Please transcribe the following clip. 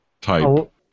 type